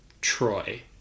Troy